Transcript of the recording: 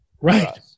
Right